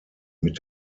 mit